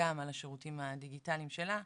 גם על השירותים הדיגיטליים שלה.